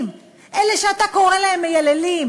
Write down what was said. אצל אותם חקלאים, אלה שאתה קורא להם מייללים,